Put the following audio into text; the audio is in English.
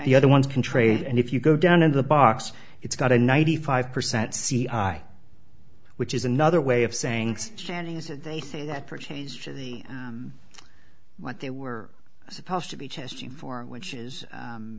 the other ones can trade and if you go down into the box it's got a ninety five percent c i which is another way of saying chanting as they say that for change is just what they were supposed to be testing for which is